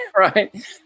right